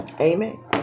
Amen